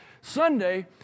Sunday